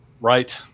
Right